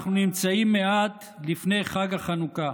אנחנו נמצאים מעט לפני חג החנוכה.